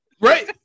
Right